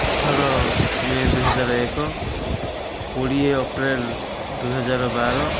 ଅଠର ମେ' ଦୁଇହଜାର ଏକ କୋଡ଼ିଏ ଅପ୍ରେଲ୍ ଦୁଇହଜାର ବାର